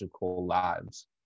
lives